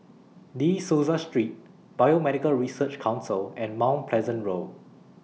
De Souza Street Biomedical Research Council and Mount Pleasant Road